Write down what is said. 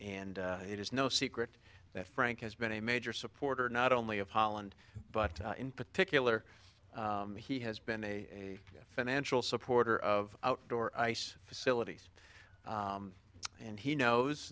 and it is no secret that frank has been a major supporter not only of holland but in particular he has been a financial supporter of outdoor ice facilities and he knows